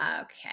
okay